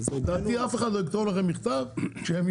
לדעתי אף אחד לא יכתוב לכם מכתב כשיודעים